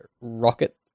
rocket